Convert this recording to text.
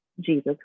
jesus